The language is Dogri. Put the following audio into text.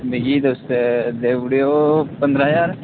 मिगी तुस देई ओड़ेयो पंदरां ज्हार